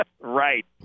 right